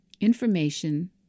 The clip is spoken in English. Information